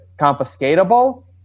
confiscatable